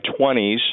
20s